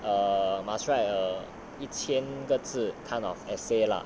err must write err 一千个字 kind of essay lah